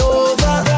over